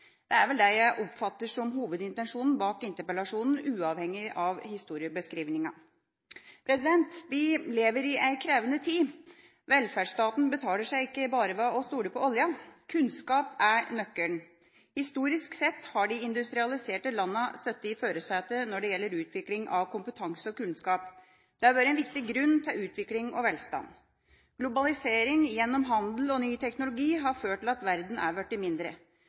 Det er vel det jeg oppfatter som hovedintensjonen bak interpellasjonen, uavhengig av historiebeskrivingen. Vi lever i en krevende tid. Velferdsstaten betaler seg ikke bare ved å stole på oljen. Kunnskap er nøkkelen. Historisk sett har de industrialiserte landene sittet i førersetet når det gjelder utvikling av kompetanse og kunnskap. Det har vært en viktig grunn til utvikling og velstand. Globalisering gjennom handel og ny teknologi har ført til at verden er blitt mindre.